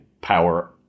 power